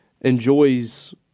enjoys